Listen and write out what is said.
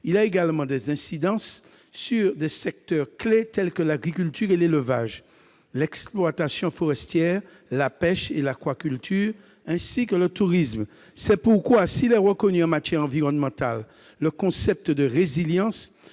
a également des incidences sur des secteurs clés, tels que l'agriculture, l'élevage, l'exploitation forestière, la pêche et l'aquaculture, ainsi que le tourisme. C'est pourquoi, s'il est reconnu en matière environnementale, le concept de résilience